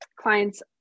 clients